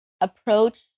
approach